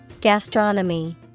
Gastronomy